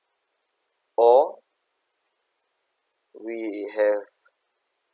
or we have